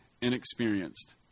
inexperienced